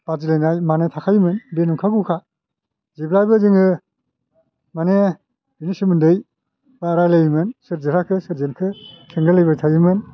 बादिलायनाय मानाय थाखायोमोन बे नंखागौखा जेब्लायबो जोङो मानि बिनि सोमोन्दै बा रायलायोमोन सोर देरहाखो सोर जेनखो सोंलायलायबाय थायोमोन